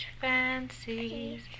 fancies